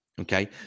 okay